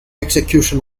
execution